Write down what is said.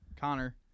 connor